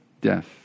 death